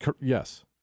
yes